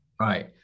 right